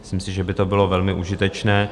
Myslím si, že by to bylo velmi užitečné.